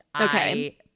Okay